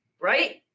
right